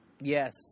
Yes